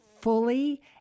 fully